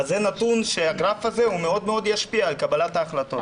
אז זה נתון שהגרף שלו מאוד מאוד ישפיע על קבלת ההחלטות.